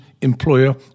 employer